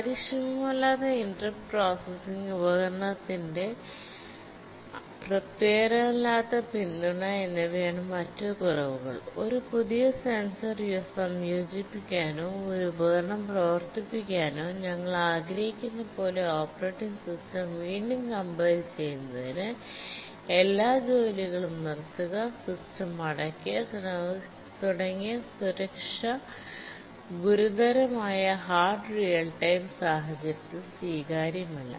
കാര്യക്ഷമമല്ലാത്ത interrupt processing ഉപകരണത്തിന്റെ തൃപ്തികരമല്ലാത്ത പിന്തുണ എന്നിവയാണ് മറ്റ് കുറവുകൾഒരു പുതിയ സെൻസർ സംയോജിപ്പിക്കാനോ ഒരു ഉപകരണം പ്രവർത്തിപ്പിക്കാനോ ഞങ്ങൾ ആഗ്രഹിക്കുന്നതുപോലെ ഓപ്പറേറ്റിംഗ് സിസ്റ്റം വീണ്ടും കംപൈൽ ചെയ്യുന്നതിന് എല്ലാ ജോലികളും നിർത്തുക സിസ്റ്റം അടയ്ക്കുക തുടങ്ങിയവസുരക്ഷാ ഗുരുതരമായ ഹാർഡ് റിയൽ ടൈം സാഹചര്യത്തിൽ സ്വീകാര്യമല്ല